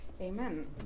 Amen